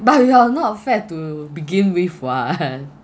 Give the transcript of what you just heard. but we are not fat to begin with [what]